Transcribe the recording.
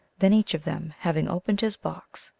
then each of them, having opened his box,